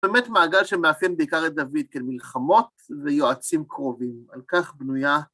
באמת מעגל שמאפיין בעיקר את דוד כמלחמות ויועצים קרובים, על כך בנויה...